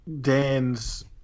Dan's